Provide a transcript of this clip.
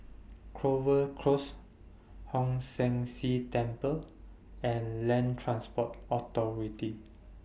Clover Close Hong San See Temple and Land Transport Authority